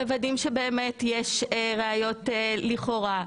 מוודאים שבאמת יש ראיות לכאורה.